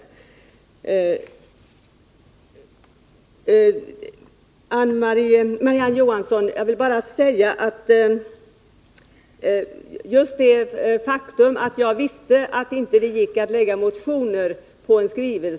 Till Marie-Ann Johansson vill jag bara säga att jag mycket väl visste att det inte gick att lägga fram motioner i samband med en skrivelse.